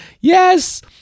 Yes